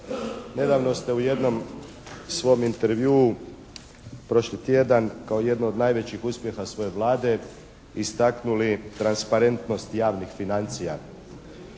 nedavno ste u jednom svom intervjuu prošli tjedan kao jedno od najvećih uspjeha svoje Vlade istaknuli transparentnost javnih financija.